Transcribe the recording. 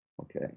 okay